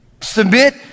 Submit